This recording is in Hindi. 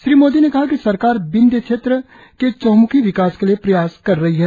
श्री मोदी ने कहा कि सरकार विंध्य क्षेत्र के चहम्खी विकास के प्रयास कर रही है